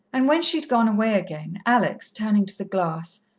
and when she had gone away again, alex, turning to the glass,